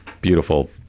beautiful